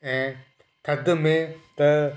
ऐं थधि में त